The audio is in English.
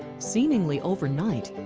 seemingly overnight,